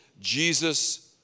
Jesus